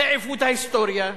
זה עיוות ההיסטוריה,